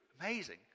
Amazing